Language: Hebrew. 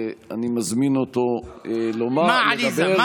ואני מזמין אותו לדבר, מה, עליזה?